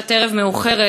בשעת ערב מאוחרת,